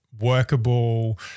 workable